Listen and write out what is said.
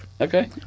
Okay